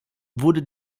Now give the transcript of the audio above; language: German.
wurde